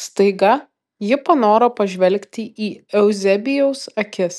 staiga ji panoro pažvelgti į euzebijaus akis